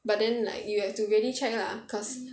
but then like you have to really check lah cause